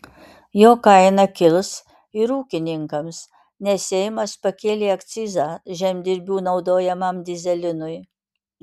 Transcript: jo kaina kils ir ūkininkams nes seimas pakėlė akcizą žemdirbių naudojamam dyzelinui